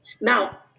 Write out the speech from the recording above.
Now